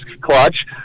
clutch